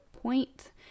point